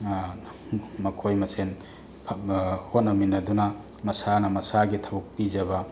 ꯃꯈꯣꯏ ꯃꯁꯦꯜ ꯍꯣꯠꯅꯃꯤꯟꯅꯗꯨꯅ ꯃꯁꯥꯅ ꯃꯁꯥꯒꯤ ꯊꯕꯛ ꯄꯤꯖꯥꯕ